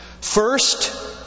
First